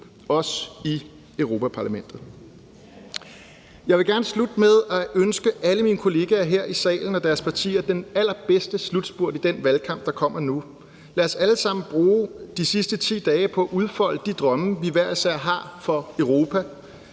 også i Europa-Parlamentet. Jeg vil gerne slutte med at ønske alle mine kollegaer her i salen og deres partier den allerbedste slutspurt i den valgkamp, der kommer nu. Lad os alle sammen bruge de sidste 10 dage på at udfolde de drømme, vi hver især har for Europa,